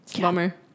Bummer